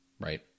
right